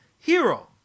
hero